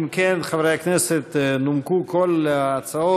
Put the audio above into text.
אם כן, חברי הכנסת, נומקו כל ההצעות,